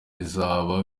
bizaba